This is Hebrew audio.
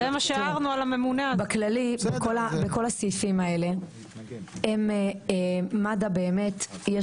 בכללי בכל הסעיפים האלה מד"א באמת יש